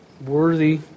worthy